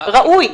ראוי.